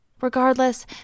Regardless